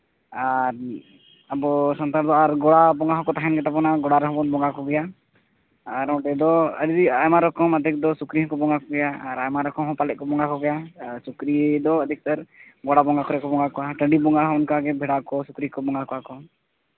ᱟᱨ ᱟᱵᱚ ᱥᱟᱱᱛᱟᱲ ᱫᱚ ᱟᱨ ᱜᱳᱲᱟ ᱵᱚᱸᱜᱟ ᱦᱚᱸᱠᱚ ᱛᱟᱦᱮᱱ ᱜᱮᱛᱟ ᱵᱳᱱᱟ ᱜᱳᱲᱟ ᱨᱮᱦᱚᱸ ᱵᱚᱱ ᱵᱚᱸᱜᱟ ᱟᱠᱚᱜᱮᱭᱟ ᱟᱨ ᱚᱸᱰᱮ ᱫᱚ ᱡᱩᱫᱤ ᱟᱭᱢᱟ ᱨᱚᱠᱚᱢ ᱟᱫᱷᱮᱠ ᱫᱚ ᱥᱩᱠᱨᱤ ᱦᱚᱸᱠᱚ ᱵᱚᱸᱜᱟ ᱠᱚᱜᱮᱭᱟ ᱟᱨ ᱟᱭᱢᱟ ᱨᱚᱠᱚᱢ ᱯᱟᱞᱮᱫ ᱠᱚ ᱵᱚᱸᱜᱟ ᱠᱚᱜᱮᱭᱟ ᱥᱩᱠᱨᱤ ᱫᱚ ᱟᱹᱰᱤ ᱩᱛᱟᱹᱨ ᱚᱲᱟᱜ ᱵᱚᱸᱜᱟ ᱠᱚᱨᱮᱜ ᱠᱚ ᱵᱚᱸᱜᱟ ᱠᱚᱣᱟ ᱴᱟᱺᱰᱤ ᱵᱚᱸᱜᱟ ᱦᱚᱸ ᱚᱱᱠᱟᱜᱮ ᱵᱷᱮᱲᱟ ᱠᱚ ᱥᱩᱠᱨᱤ ᱠᱚ ᱵᱚᱸᱜᱟ ᱠᱚᱣᱟ ᱠᱚ